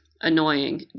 annoying